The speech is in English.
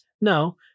No